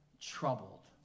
troubled